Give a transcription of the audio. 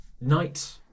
night